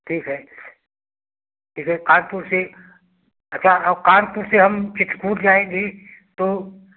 ठीक है ठीक है कानपुर से अच्छा और कानपुर से हम चित्रकूट जाएँगे तो